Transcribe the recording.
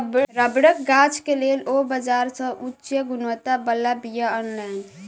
रबड़क गाछ के लेल ओ बाजार से उच्च गुणवत्ता बला बीया अनलैन